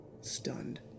Stunned